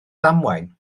ddamwain